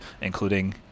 including